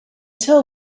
tell